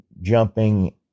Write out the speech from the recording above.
jumping